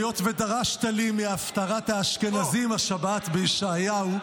היות שדרשת לי מהפטרת האשכנזים השבת בישעיהו,